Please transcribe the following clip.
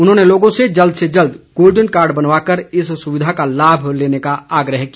उन्होंने लोगों से जल्द से जल्द गोल्डन कार्ड बनवाकर इस सुविधा का लाभ लेने का आग्रह किया